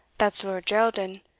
that's lord geraldin,